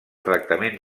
tractament